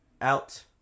out